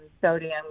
sodium